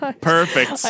Perfect